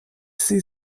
sie